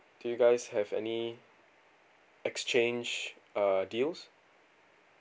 do you guys have any exchange uh deals